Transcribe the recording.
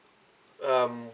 um